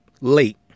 late